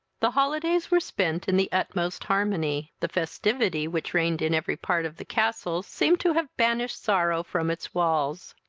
the holidays were spent in the utmost harmony the festivity which reigned in every part of the castle seemed to have banished sorrow from its walls.